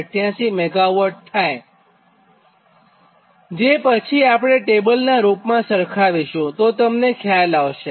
88 MW થાયજે આપણે ટેબલનાં રૂપમાં સરખાવશુંતો તમને ખ્યાલ આવશે